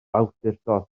awdurdod